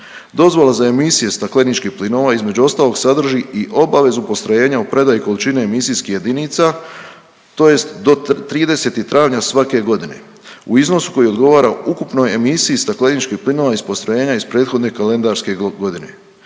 Dozvola za emisije stakleničkih plinova između ostalog sadrži i obavezu postrojenja o predaji i količini emisijskih jedinica tj. do 30. travnja svake godine u iznosu koji odgovara ukupnoj emisiji stakleničkih plinova iz postrojenja iz prethodne kalendarske godine.